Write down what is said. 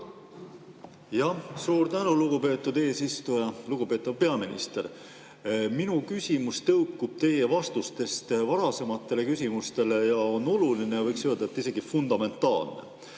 Suur tänu, lugupeetud eesistuja! Lugupeetav peaminister! Minu küsimus tõukub teie vastustest varasematele küsimustele ja on oluline, võiks öelda, et isegi fundamentaalne.